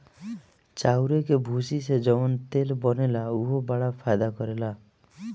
चाउरे के भूसी से जवन तेल बनेला उहो बड़ा फायदा करेला